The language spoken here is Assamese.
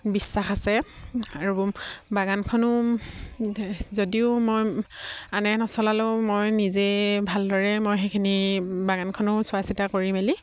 বিশ্বাস আছে আৰু বাগানখনো যদিও মই আনে নচলালেও মই নিজেই ভালদৰে মই সেইখিনি বাগানখনো চোৱা চিতা কৰি মেলি